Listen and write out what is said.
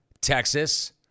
Texas